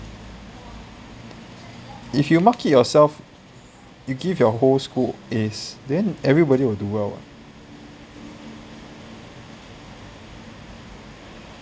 if you mark it yourself you give your whole school A's then everybody will do well [what]